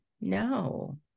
No